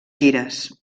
gires